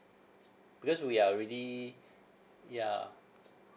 because we are already yeah